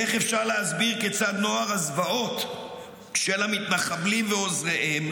איך אפשר להסביר כיצד נוער הזוועות של המתנחבלים ועוזריהם